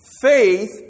Faith